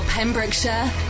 Pembrokeshire